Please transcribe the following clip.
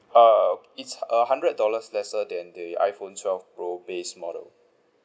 uh it's a hundred dollars lesser than the iPhone twelve pro base model